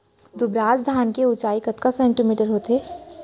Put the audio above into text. दुबराज धान के ऊँचाई कतका सेमी होथे?